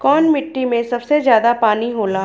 कौन मिट्टी मे सबसे ज्यादा पानी होला?